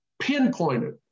pinpointed